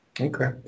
Okay